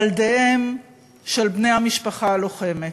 ילדיהם של בני המשפחה הלוחמת.